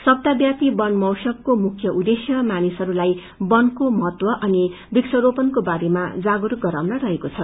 सप्ताह ब्यापि बन महोत्सवको मुख्य उद्खेश्य मानिसहरूलाई बनको महत्व अनि वृक्षा रोपनको बारेमा जागरूक गराउन रहेको छ